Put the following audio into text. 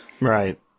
Right